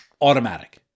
automatic